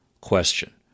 question